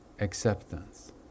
acceptance